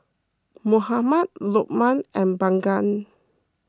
Muhammad Lokman and Bunga